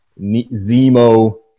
Zemo